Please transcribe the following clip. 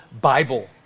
Bible